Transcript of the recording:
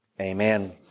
Amen